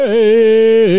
Hey